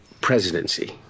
presidency